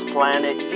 Planet